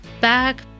back